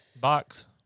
box